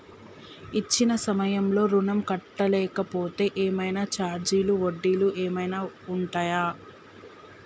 ఇచ్చిన సమయంలో ఋణం కట్టలేకపోతే ఏమైనా ఛార్జీలు వడ్డీలు ఏమైనా ఉంటయా?